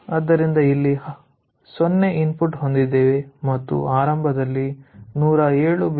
ಆದ್ದರಿಂದ ಇಲ್ಲಿ 0 ಇನ್ಪುಟ್ ಹೊಂದಿದ್ದೇವೆ ಮತ್ತು ಆರಂಭದಲ್ಲಿ 107